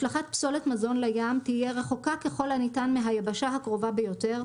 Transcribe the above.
השלכת פסולת מזון לים תהיה רחוקה ככל הניתן מהיבשה הקרובה ביותר,